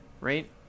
right